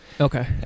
Okay